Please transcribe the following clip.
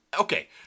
Okay